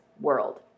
world